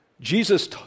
Jesus